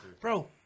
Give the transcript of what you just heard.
Bro